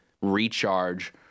Recharge